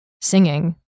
singing